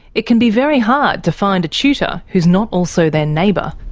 it can be very hard to find a tutor who's not also their neighbour.